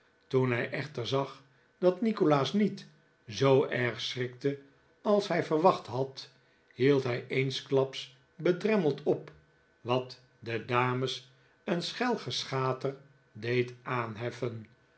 toen hij echter zag dat nikolaas niet zoo erg schrikte als hij verwacht had hield hij eensklaps bedremmeld op wat de dames een schel geschater deed aanheffen